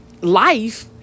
life